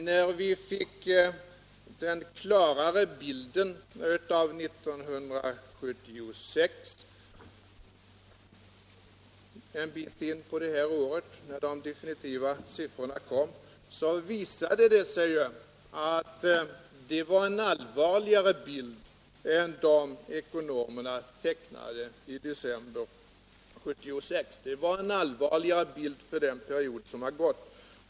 När vi fick den klarare bilden av 1976, då de definitiva siffrorna kom en bit in på detta år, visade det sig att den var allvarligare än den bild ekonomerna tecknade i december 1976. Det var en allvarligare bild för den period som gått.